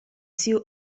sue